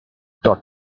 dot